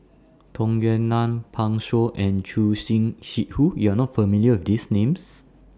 Tung Yue Nang Pan Shou and Choor Singh Sidhu YOU Are not familiar with These Names